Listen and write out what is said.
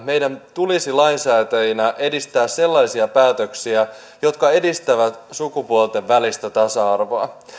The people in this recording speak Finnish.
meidän tulisi lainsäätäjinä edistää sellaisia päätöksiä jotka edistävät sukupuolten välistä tasa arvoa